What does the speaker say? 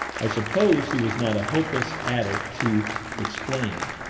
i suppose he was not a hopeless addict to explaining.